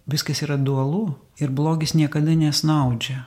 viskas yra dualu ir blogis niekada nesnaudžia